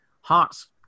Hearts